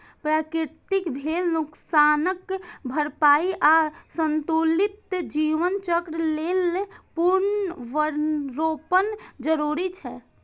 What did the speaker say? प्रकृतिक भेल नोकसानक भरपाइ आ संतुलित जीवन चक्र लेल पुनर्वनरोपण जरूरी छै